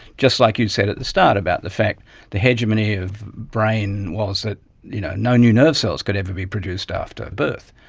just like you said at the start about the fact the hegemony of brain was that you know no new nerve cells could ever be produced after birth.